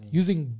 using